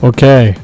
Okay